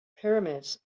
pyramids